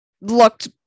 looked